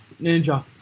Ninja